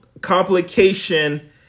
complication